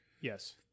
Yes